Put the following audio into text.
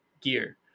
gear